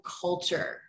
culture